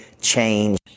change